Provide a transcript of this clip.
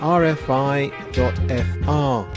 rfi.fr